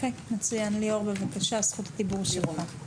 לירון, זכות הדיבור שלך.